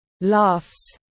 Laughs